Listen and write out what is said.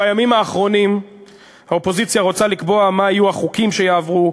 בימים האחרונים האופוזיציה רוצה לקבוע מה יהיו החוקים שיעברו,